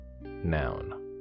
Noun